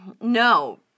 no